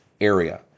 area